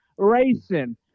Racing